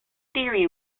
theory